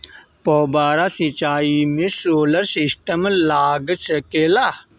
फौबारा सिचाई मै सोलर सिस्टम लाग सकेला?